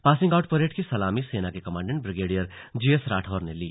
passing out parade की सलामी सेना के commandant brigadier G S Rathore ने ली